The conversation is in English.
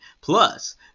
plus